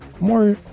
More